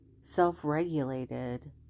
self-regulated